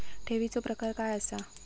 ठेवीचो प्रकार काय असा?